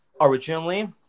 originally